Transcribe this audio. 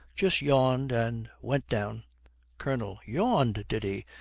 just yawned and went down colonel. yawned, did he?